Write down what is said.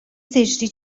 زشتی